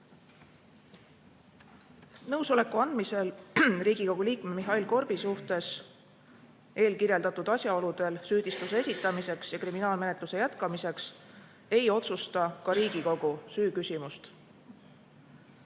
Nõusoleku andmisel Riigikogu liikme Mihhail Korbi suhtes eelkirjeldatud asjaoludel süüdistuse esitamiseks ja kriminaalmenetluse jätkamiseks ei otsusta ka Riigikogu süüküsimust.